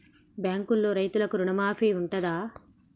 బ్యాంకులో రైతులకు రుణమాఫీ ఉంటదా?